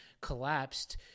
collapsed